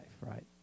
right